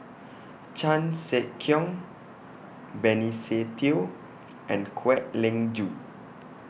Chan Sek Keong Benny Se Teo and Kwek Leng Joo